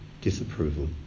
disapproval